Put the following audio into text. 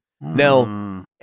now